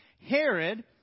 Herod